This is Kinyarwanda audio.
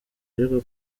ariko